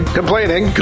complaining